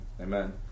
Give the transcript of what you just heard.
amen